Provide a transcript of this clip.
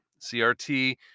CRT